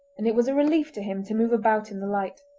and it was a relief to him to move about in the light.